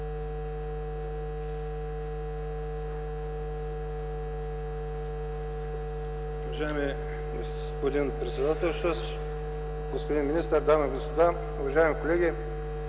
Уважаеми господин председател, господин министър, дами и господа, уважаеми колеги!